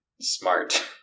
Smart